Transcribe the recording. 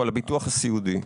על הביטוח הסיעודי.